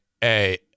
Hey